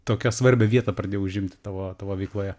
tokią svarbią vietą pradėjo užimti tavo tavo veikloje